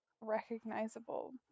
recognizable